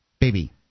Baby